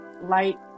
light